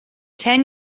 ten